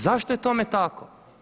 Zašto je tome tako?